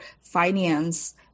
finance